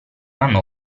hanno